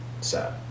sad